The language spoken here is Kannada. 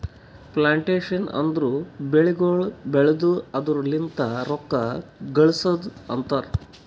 ಪ್ಲಾಂಟೇಶನ್ ಅಂದುರ್ ಬೆಳಿಗೊಳ್ ಬೆಳ್ದು ಅದುರ್ ಲಿಂತ್ ರೊಕ್ಕ ಗಳಸದ್ ಅಂತರ್